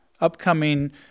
upcoming